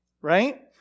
right